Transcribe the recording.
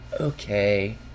okay